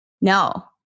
No